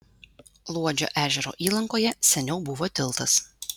luodžio ežero įlankoje seniau buvo tiltas